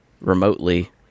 remotely